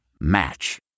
Match